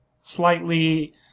slightly